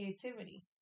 creativity